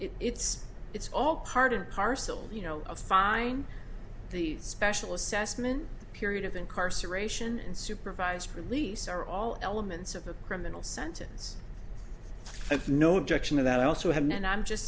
it's it's all part and parcel you know a fine these special assessment the period of incarceration and supervised release are all elements of a criminal sentence i've no objection of that i also have and i'm just